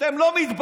אתם לא מתביישים?